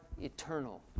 eternal